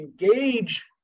engage